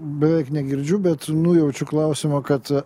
beveik negirdžiu bet nujaučiu klausimą kad